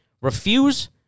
refuse